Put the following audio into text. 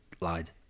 lied